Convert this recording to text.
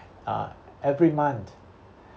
uh every month